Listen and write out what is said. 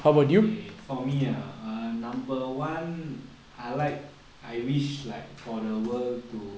okay for me ah err number one I like I wish like for the world to